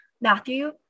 Matthew